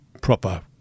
proper